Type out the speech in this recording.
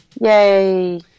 Yay